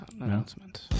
announcement